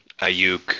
Ayuk